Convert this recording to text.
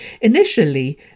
Initially